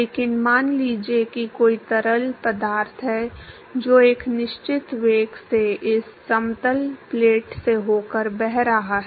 लेकिन मान लीजिए कि कोई तरल पदार्थ है जो एक निश्चित वेग से इस समतल प्लेट से होकर बह रहा है